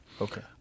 Okay